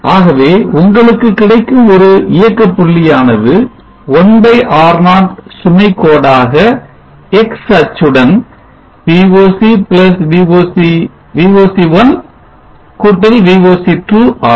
ஆகவே உங்களுக்கு கிடைக்கும் ஒரு இயக்கப்புள்ளியானது 1 R0 சுமை கோடாக x அச்சுடன் VOC1VOC2 ஆகும்